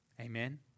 Amen